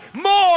more